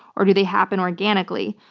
or do they happen organically?